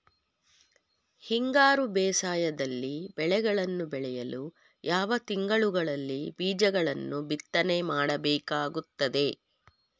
ಹಿಂಗಾರು ಬೇಸಾಯದಲ್ಲಿ ಬೆಳೆಗಳನ್ನು ಬೆಳೆಯಲು ಯಾವ ತಿಂಗಳುಗಳಲ್ಲಿ ಬೀಜಗಳನ್ನು ಬಿತ್ತನೆ ಮಾಡಬೇಕಾಗುತ್ತದೆ?